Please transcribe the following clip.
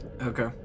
Okay